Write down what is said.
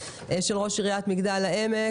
של ראש עיריית מגדל העמק.